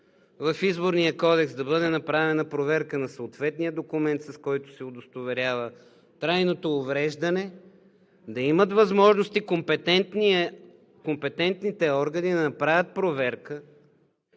в Изборния кодекс, да бъде направена проверка на съответния документ, с който се удостоверява трайното увреждане, да имат възможност и компетентните органи да направят проверка